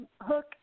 hook